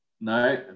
No